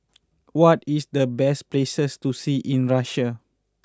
what is the best places to see in Russia